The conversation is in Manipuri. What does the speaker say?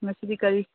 ꯉꯁꯤꯗꯤ ꯀꯔꯤ